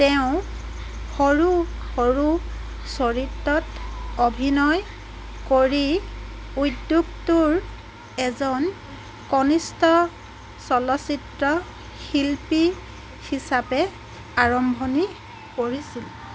তেওঁ সৰু সৰু চৰিত্ৰত অভিনয় কৰি উদ্যোগটোৰ এজন কনিষ্ঠ চলচ্চিত্ৰ শিল্পী হিচাপে আৰম্ভণি কৰিছিল